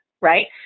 right